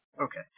Okay